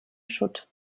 schutt